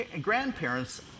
grandparents